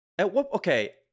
Okay